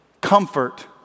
comfort